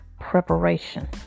preparation